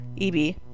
EB